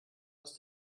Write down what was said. aus